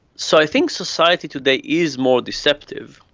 so i think society today is more deceptive,